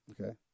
Okay